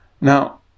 now